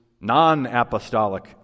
non-apostolic